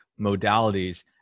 modalities